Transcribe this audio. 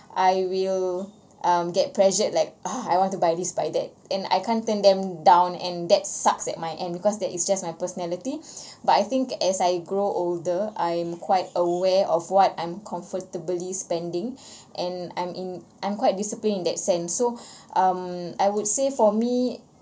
I will um get pressured like ah I want to buy this buy that and I can't turn them down and that sucks at my end because that is just my personality but I think as I grow older I'm quite aware of what I'm comfortably spending and I'm in I'm quite disciplined in that sense so um I would say for me